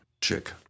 chick